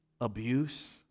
abuse